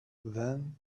then